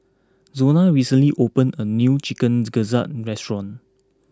Zona recently opened a new Chicken Gizzard restaurant